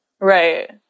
Right